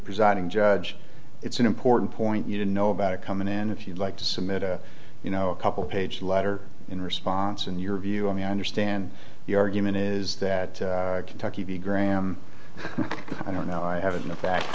presiding judge it's an important point you didn't know about it coming and if you'd like to submit a you know a couple page letter in response in your view i mean i understand the argument is that kentucky graham i don't know i haven't the fact